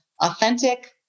authentic